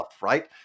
right